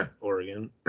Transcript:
Oregon